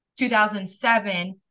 2007